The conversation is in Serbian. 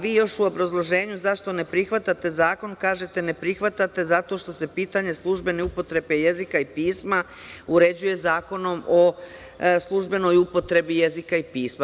Vi još u obrazloženju zašto ne prihvatate zakon kažete – ne prihvatate zato što se pitanje službene upotrebe jezika i pisma uređuje Zakonom o službenoj upotrebi jezika i pisma.